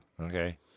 Okay